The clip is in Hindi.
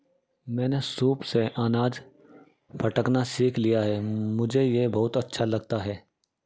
मैंने सूप से अनाज फटकना सीख लिया है मुझे यह बहुत अच्छा लगता है